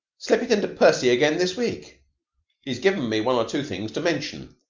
slip it into percy again this week he has given me one or two things to mention.